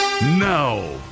Now